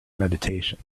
meditation